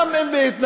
גם אם בהתנגדות